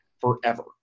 forever